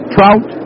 Trout